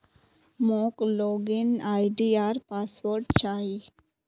मोक log in ID आर password चाहि